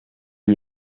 you